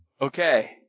Okay